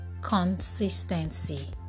consistency